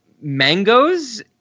mangoes